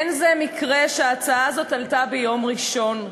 אין זה מקרה שההצעה הזאת עלתה ביום ראשון,